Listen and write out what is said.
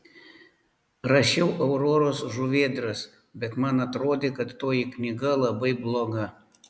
rašiau auroros žuvėdras bet man atrodė kad toji knyga labai bloga